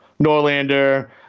Norlander